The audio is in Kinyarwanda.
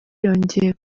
yongeye